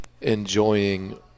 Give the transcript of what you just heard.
enjoying –